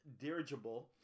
dirigible